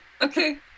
Okay